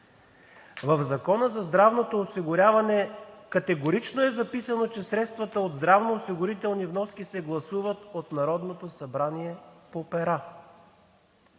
В Закона за здравното осигуряване категорично е записано, че средствата от здравноосигурителни вноски се гласуват от Народното събрание по пера.